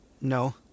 No